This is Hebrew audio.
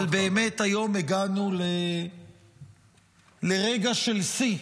אבל באמת היום הגענו לרגע של שיא,